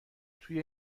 توی